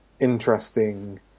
interesting